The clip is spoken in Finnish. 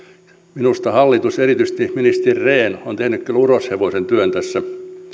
minusta hallitus erityisesti ministeri rehn on tehnyt kyllä uroshevosen työn tässä